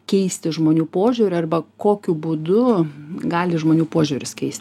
keisti žmonių požiūrį arba kokiu būdu gali žmonių požiūris keist